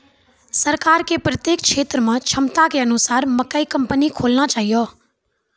सरकार के प्रत्येक क्षेत्र मे क्षमता के अनुसार मकई कंपनी खोलना चाहिए?